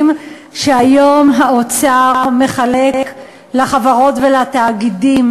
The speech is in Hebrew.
שהיום האוצר מחלק לחברות ולתאגידים.